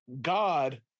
god